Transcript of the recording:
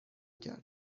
کرد